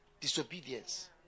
disobedience